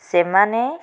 ସେମାନେ